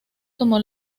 tomó